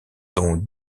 dont